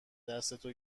دستتو